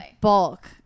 bulk